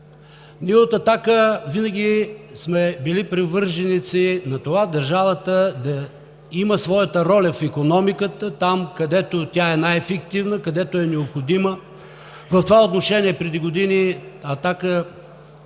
Ние от „Атака“ винаги сме били привърженици на това държавата да има своята роля в икономиката – там, където тя е най ефективна, където е необходима. В това отношение преди години „Атака“